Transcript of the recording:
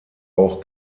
auch